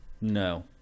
No